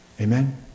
Amen